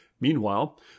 Meanwhile